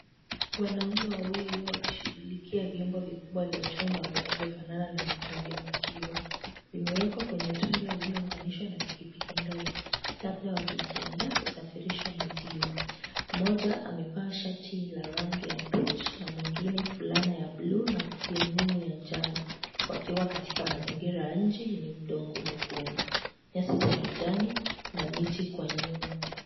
Wanaume wawili wakishugulikia vyombo vikubwa vya chuma vinavyo fanana na mitungi ya maziwa, imewekwa kwenye trela lililo unganishwa na pikipiki ndogo, labda wakijiandaa kusafirisha maziwa, mmoja amevaa shati la rangi ya beach , na mwingine fulana ya blue , na kofia ngumu ya njano, wakiwa katika mazingira ya nje yenye udongo mwekundu, nyasi za kijani, na miti kwa nyuma.